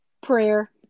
prayer